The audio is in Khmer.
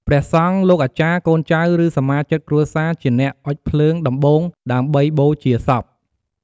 ព្រះសង្ឃ លោកអាចារ្យ កូនចៅ ឬសមាជិកគ្រួសារជាអ្នកអុជភ្លើងដំបូងដើម្បីបូជាសព។